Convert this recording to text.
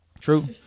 True